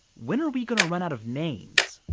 when are we gonna run out of names?